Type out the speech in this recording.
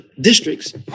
districts